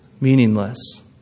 meaningless